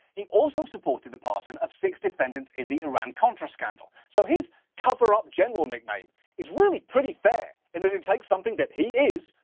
he also supported the pardon of six defendants in the iran-contra scandal. so, his cover-up general nickname is really pretty fair, in that it takes something that he is,